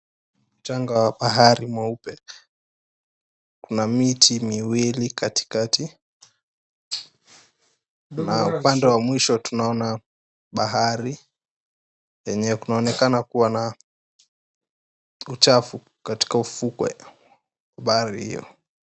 Mchanga wa bahari mweupe. Kuna miti miwili kati kati. Na upande wa mwisho tunaona bahari yenye kunaonekana kuwa na uchafu katika ufukwe bahari hiyo.